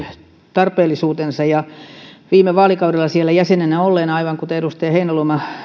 tarpeellisuutensa viime vaalikaudella olin jäsenenä ja aivan kuten edustaja heinäluoma